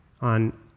on